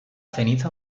ceniza